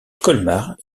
colmar